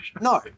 No